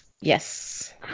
yes